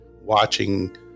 watching